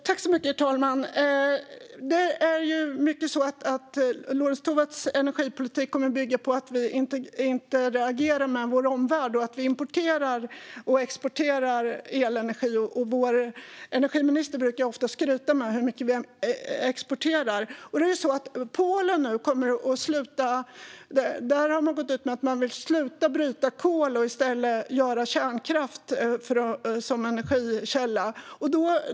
Herr talman! Lorentz Tovatts energipolitik kommer i mycket att bygga på att vi interagerar med vår omvärld och importerar och exporterar elenergi. Vår energiminister brukar ofta skryta med hur mycket vi exporterar. I Polen har man gått ut med att man vill sluta bryta kol och i stället använda kärnkraft som energikälla.